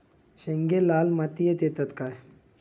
शेंगे लाल मातीयेत येतत काय?